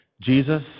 Jesus